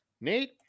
Nate